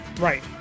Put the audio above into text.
right